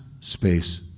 space